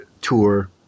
tour